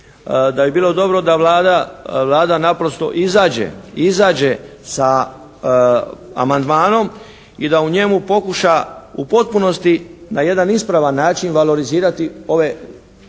da bi bilo dobro da Vlada naprosto izađe sa amandmanom i da u njemu pokuša u potpunosti na jedan ispravan način valorizirati ove